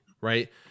right